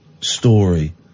story